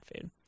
food